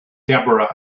deborah